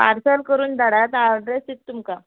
parcel करून धाडात आ ओर्डर हांव दित तुमकां